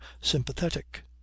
sympathetic